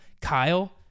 Kyle